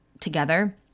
together